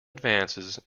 advances